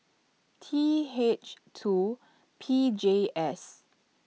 T H two P J S